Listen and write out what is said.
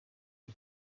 bir